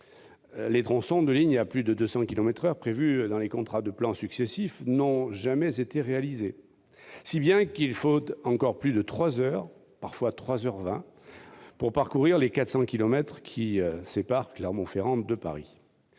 les tronçons de ligne à plus de 200 kilomètres par heure prévus dans les contrats de plan successifs n'ont jamais été réalisés, si bien qu'il faut encore plus de trois heures- parfois trois heures vingt -pour parcourir les 400 kilomètres qui séparent Clermont-Ferrand de Paris.